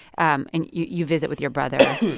um and you visit with your brother